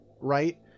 right